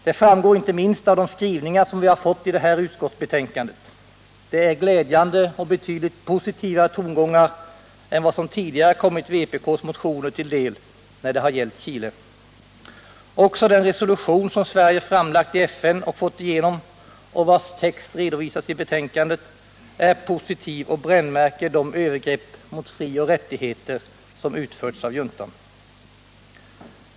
Det framgår inte minst av de skrivningar som vi nu fått se i det här utskottsbetänkandet. Det innehåller glädjande och betydligt positivare tongångar än vad som tidigare kommit vpk:s motioner till del när det har gällt Chile. Också den resolution som Sverige framlagt och fått igenom i FN och vars text redovisas i betänkandet är positiv. Den brännmärker de övergrepp mot frioch rättigheter som utförts av juntan.